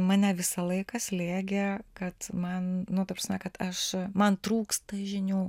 mane visą laiką slėgė kad man nu ta prasme kad aš man trūksta žinių